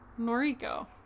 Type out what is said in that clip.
Noriko